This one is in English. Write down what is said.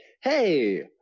hey